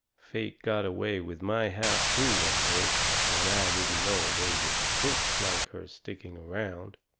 fate got away with my half too one day when i didn't know they was crooks like her sticking around.